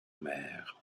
mère